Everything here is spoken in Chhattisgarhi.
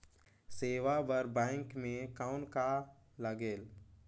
सेवा बर बैंक मे कौन का लगेल?